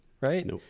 right